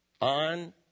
On